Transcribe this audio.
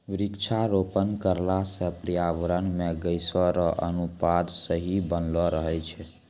वृक्षारोपण करला से पर्यावरण मे गैसो रो अनुपात सही बनलो रहै छै